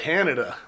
Canada